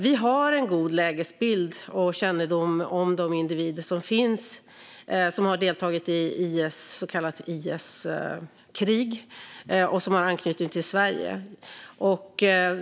Vi har en god lägesbild av och kännedom om de individer som har deltagit i IS så kallade krig och har anknytning till Sverige.